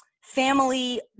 family